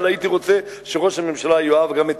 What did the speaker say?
אבל הייתי רוצה שראש הממשלה יאהב גם את